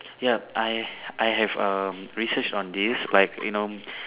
ya I I have um researched on this like you know